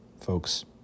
folks